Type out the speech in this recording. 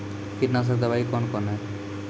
कीटनासक दवाई कौन कौन हैं?